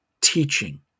teaching